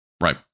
Right